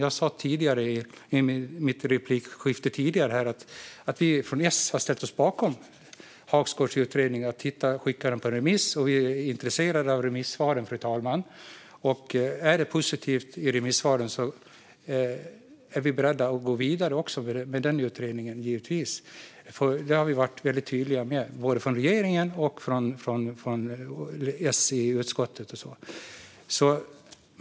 Jag sa i mitt tidigare replikskifte att vi från S har ställt oss bakom Hagsgårds utredning. Den har skickats ut på remiss, och vi är intresserade av remissvaren. Om remissvaren är positiva är vi givetvis beredda att gå vidare med utredningen. Både regeringen och S i utskottet har varit tydliga med detta.